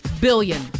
billion